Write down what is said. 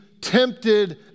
tempted